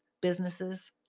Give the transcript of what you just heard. businesses